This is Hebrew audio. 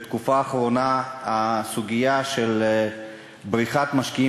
בתקופה האחרונה הסוגיה של בריחת משקיעים